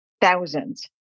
thousands